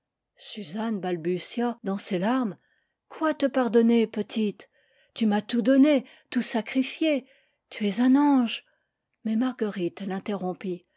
suzanne balbutia dans ses larmes quoi te pardonner petite tu m'as tout donné tout sacrifié tu es un ange mais marguerite